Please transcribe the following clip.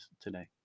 today